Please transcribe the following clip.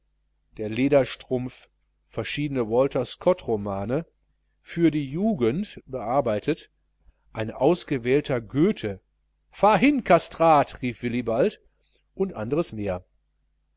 der lederstrumpf verschieden walter scott romane für die jugend bearbeitet eine ausgewählter goethe fahr hin castrat rief willibald und anderes mehr